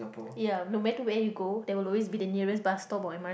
ya no matter where you go there will always be the nearest bus stop or M_R